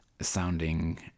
sounding